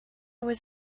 was